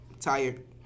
Tired